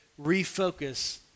refocus